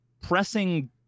pressing